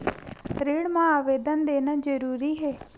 ऋण मा आवेदन देना जरूरी हे?